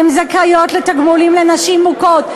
הן זכאיות לתגמולים לנשים מוכות.